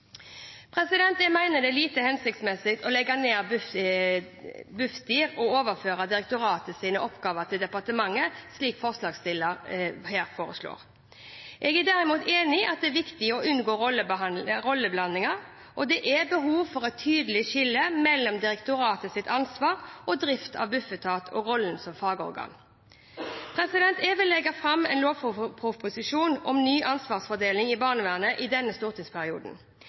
Jeg mener det er lite hensiktsmessig å legge ned Bufdir og overføre direktoratets oppgaver til departementet, slik forslagsstiller her foreslår. Jeg er derimot enig i at det er viktig å unngå rolleblandinger. Det er behov for et tydelig skille mellom direktoratets ansvar for drift av Bufetat og rollen som fagorgan. Jeg vil legge fram en lovproposisjon om ny ansvarsfordeling i barnevernet i denne stortingsperioden.